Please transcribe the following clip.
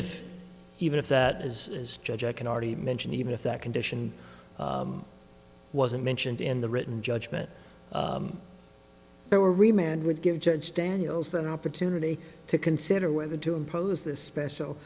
if even if that is as judge i can already mentioned even if that condition wasn't mentioned in the written judgment there were remain and would give judge daniels an opportunity to consider whether to impose this special